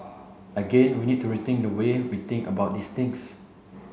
again we need to rethink the way we think about these things